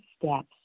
steps